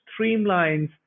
streamlines